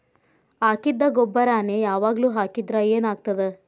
ಹಾಕಿದ್ದ ಗೊಬ್ಬರಾನೆ ಯಾವಾಗ್ಲೂ ಹಾಕಿದ್ರ ಏನ್ ಆಗ್ತದ?